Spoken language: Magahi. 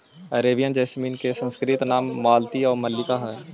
अरेबियन जैसमिन के संस्कृत नाम मालती आउ मल्लिका हइ